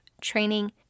training